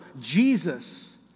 Jesus